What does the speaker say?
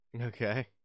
okay